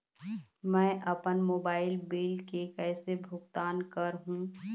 मैं अपन mobile bill के कैसे भुगतान कर हूं?